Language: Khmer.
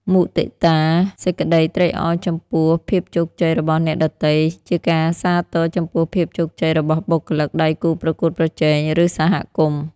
មុទិតា សេចក្ដីត្រេកអរចំពោះភាពជោគជ័យរបស់អ្នកដទៃ ជាការសាទរចំពោះភាពជោគជ័យរបស់បុគ្គលិក ដៃគូប្រកួតប្រជែង ឬសហគមន៍។